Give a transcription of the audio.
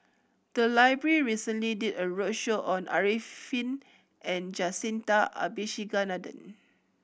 the library recently did a roadshow on Arifin and Jacintha Abisheganaden